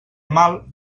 mal